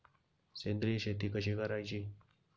सेंद्रिय शेती कशी करायची?